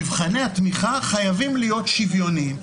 מבחני התמיכה חייבים להיות שוויוניים.